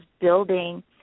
building